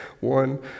one